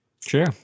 Sure